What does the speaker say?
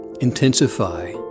Intensify